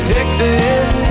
Texas